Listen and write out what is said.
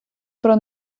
про